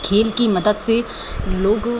खेल की मदद से लोग